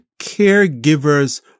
Caregiver's